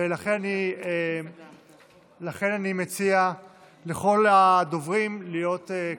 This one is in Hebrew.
לכן אני מציע לכל הדוברים להיות קשובים.